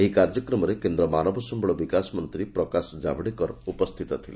ଏହି କାର୍ଯ୍ୟକ୍ରମରେ କେନ୍ଦ୍ର ମାନବ ସମ୍ୟଳ ବିକାଶ ମନ୍ତୀ ପ୍ରକାଶ ଜାଭେଡକର ଉପସ୍ଥିତଥିଲେ